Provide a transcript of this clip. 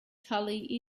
tully